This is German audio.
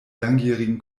langjährigen